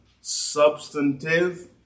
substantive